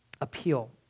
appeal